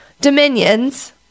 dominions